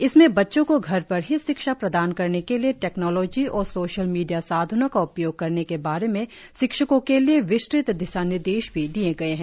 इसमें बच्चों को घर पर ही शिक्षा प्रदान करने के लिए टेक्नोलाजी और सोशल मीडिया साधनों का उपयोग करने के बारे में शिक्षकों के लिए विस्तृत दिशानिर्देश भी दिये गये हैं